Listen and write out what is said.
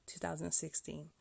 2016